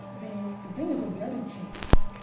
the the thing has already changed.